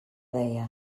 deien